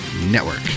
network